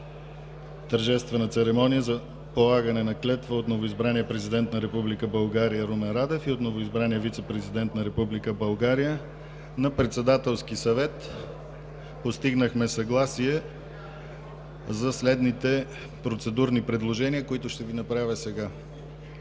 Тържествена церемония за полагане на клетва от новоизбрания президент на Република България Румен Радев и от новоизбрания вицепрезидент на Република България, на Председателския съвет постигнахме съгласие за следните процедурни предложения, които ще направя сега.